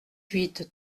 huit